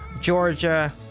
georgia